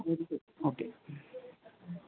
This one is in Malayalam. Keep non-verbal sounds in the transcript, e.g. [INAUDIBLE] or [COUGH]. [UNINTELLIGIBLE] ഓക്കെ